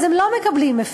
ואז הם לא מקבלים הפטר.